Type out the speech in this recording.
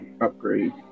upgrade